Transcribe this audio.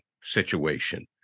situation